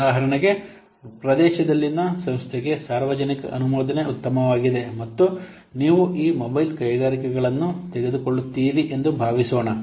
ಉದಾಹರಣೆಗೆ ಪ್ರದೇಶದಲ್ಲಿನ ಸಂಸ್ಥೆಗೆ ಸಾರ್ವಜನಿಕ ಅನುಮೋದನೆ ಉತ್ತಮವಾಗಿದೆ ಮತ್ತು ನೀವು ಈ ಮೊಬೈಲ್ ಕೈಗಾರಿಕೆಗಳನ್ನು ತೆಗೆದುಕೊಳ್ಳುತ್ತೀರಿ ಎಂದು ಭಾವಿಸೋಣ